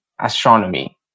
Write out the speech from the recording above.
astronomy